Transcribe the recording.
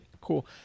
Cool